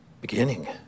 beginning